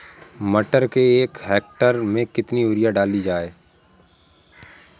मटर के एक हेक्टेयर में कितनी यूरिया डाली जाए?